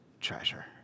treasure